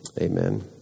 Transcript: Amen